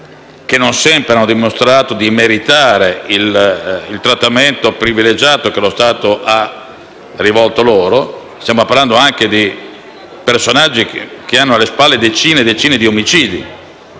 che non sempre hanno dimostrato di meritare il trattamento privilegiato che lo Stato ha rivolto loro: stiamo parlando anche di personaggi che hanno alle spalle decine e decine di omicidi,